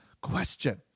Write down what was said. question